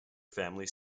family